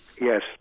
Yes